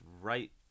right